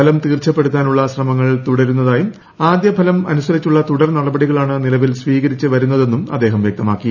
ഫലം തീർച്ചപ്പെടുത്താനുള്ള ശ്രമങ്ങൾ തുടരുന്നതായും ആദ്യ ഫലം അനുസരിച്ചുള്ള തുടർ നടപടികളാണ് നിലവിൽ സ്വീകരിച്ച് വരുന്നതെന്നും അദ്ദേഹം വൃക്തമാക്കി